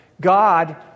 God